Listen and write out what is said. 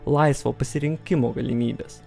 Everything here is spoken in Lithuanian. laisvo pasirinkimo galimybės